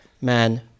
man